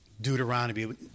deuteronomy